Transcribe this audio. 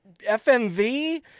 FMV